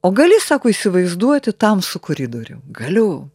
o gali sako įsivaizduoti tamsų koridorių galiu